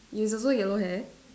you also yellow hair